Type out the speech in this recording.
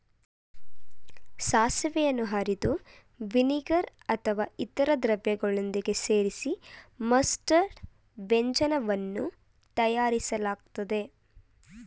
ಸಾಸಿವೆಯನ್ನು ಅರೆದು ವಿನಿಗರ್ ಅಥವಾ ಇತರ ದ್ರವಗಳೊಂದಿಗೆ ಸೇರಿಸಿ ಮಸ್ಟರ್ಡ್ ವ್ಯಂಜನವನ್ನು ತಯಾರಿಸಲಾಗ್ತದೆ